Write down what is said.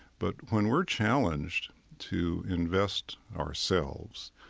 but when we're challenged to invest ourselves,